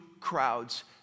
crowds